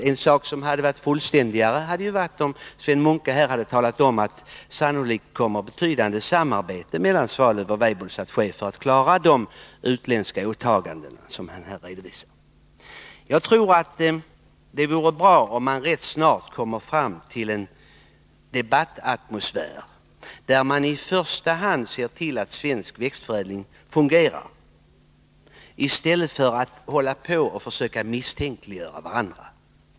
Det hade varit mera fullständigt om Sven Munke hade talat om att ett betydande samarbete sannolikt kommer att ske mellan Weibulls och Svalöfs för att klara de utländska åtaganden som han här redovisar. Det vore bra om man rätt snart kom fram till en sådan debattatmosfär att man i första hand såg till att svensk växtförädling fungerar i stället för att försöka misstänkliggöra varandra.